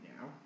now